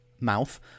Mouth